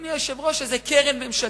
אדוני היושב-ראש, איזו קרן ממשלתית.